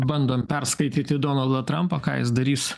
bandom perskaityti donaldą trampą ką jis darys